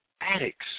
addicts